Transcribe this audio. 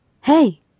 Hey